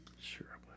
Sure